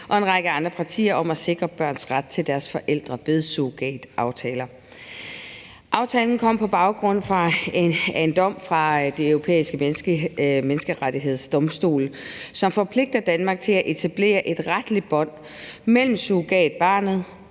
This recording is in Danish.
og en række andre partier om at sikre børns ret til deres forældre ved surrogataftaler. Aftalen kom på baggrund af en dom fra Den Europæiske Menneskerettighedsdomstol, som forpligter Danmark til at etablere et retligt bånd mellem surrogatbarnet